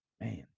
Man